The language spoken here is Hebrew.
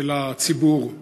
של הציבור הישראלי,